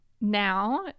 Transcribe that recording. now